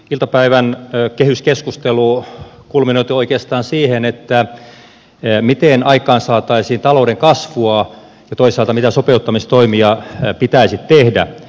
iltapäivän kehyskeskustelu kulminoitui oikeastaan siihen miten aikaansaataisiin talouden kasvua ja toisaalta mitä sopeuttamistoimia pitäisi tehdä